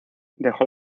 dejó